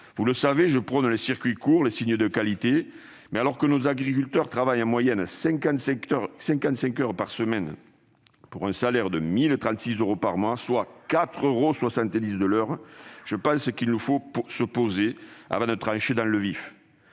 Vous le savez, je prône les circuits courts et les signes de qualité. Mais, alors que nos agriculteurs travaillent en moyenne 55 heures par semaine pour un salaire mensuel de 1 036 euros, soit 4,7 euros de l'heure, je pense qu'il faut nous poser avant de trancher dans le vif.